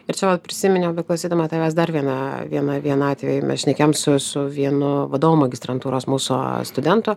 ir čia vat prisiminiau beklausydama tavęs dar vieną vieną vieną atvejį mes šnekėjom su su vienu vadovu magistrantūros mūsų studentu